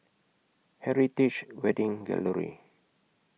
Heritage Wedding Gallery